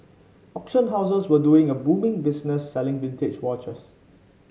auction houses were doing a booming business selling vintage watches